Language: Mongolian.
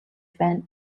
байна